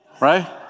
right